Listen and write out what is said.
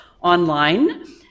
online